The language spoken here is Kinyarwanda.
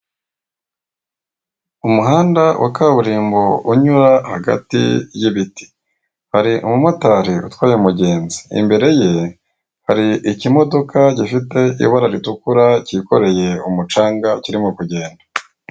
Umuhanda wa kaburimbo unyura hagati y'ibiti, hari umumotari utwaye umugenzi, imbere ye hari ikimodoka gifite ibara ritukura kikoreye umucanga kirimo kugenda.